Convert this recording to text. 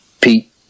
pete